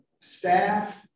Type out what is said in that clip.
staff